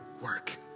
work